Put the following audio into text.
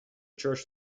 church